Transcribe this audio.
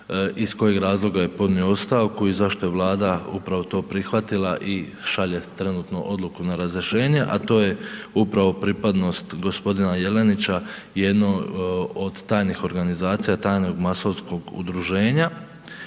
iz kojeg razloga je podnio ostavku i zašto je Vlada upravo to prihvatila i šalje trenutno odluku na razrješenje, a to je upravo pripadnost g. Jelenića jednoj od tajnih organizacija, tajnog masonskog udruženja.